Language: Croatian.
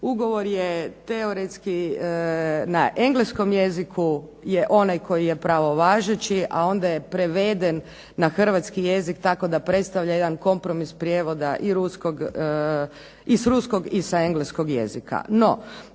Ugovor je teoretski na engleskom jeziku je onaj koji je pravovažeći, a onda je preveden na hrvatski jezik tako da predstavlja jedan kompromis prijevoda i sa ruskog i sa engleskog jezika.